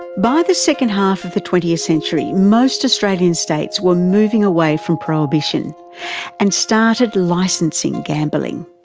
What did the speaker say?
by the second half of the twentieth century most australian states were moving away from prohibition and started licensing gambling,